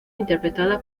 interpretada